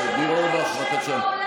תתבייש.